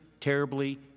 terribly